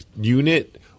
unit